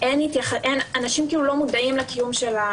אנשים לא מודעים לקיום.